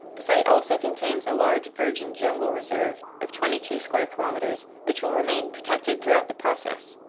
the site also contains a large virgin jungle reserve of twenty two square kilometers which will remain protected throughout the process.